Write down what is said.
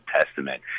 Testament